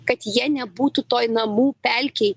kad jie nebūtų toj namų pelkėj